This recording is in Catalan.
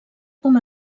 com